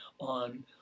on